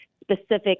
specific